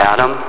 Adam